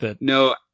No